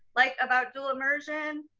like about dual immersion,